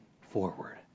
forward